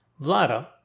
Vlada